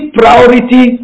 priority